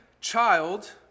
child